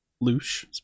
Loosh